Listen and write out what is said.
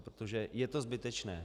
Protože je to zbytečné.